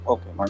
Okay